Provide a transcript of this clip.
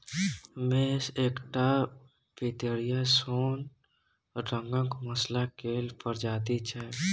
मेस एकटा पितरिया सोन रंगक मसल्ला केर प्रजाति छै